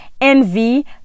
envy